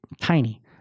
tiny